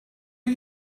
are